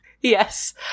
Yes